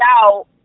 out